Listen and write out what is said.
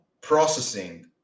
processing